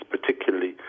particularly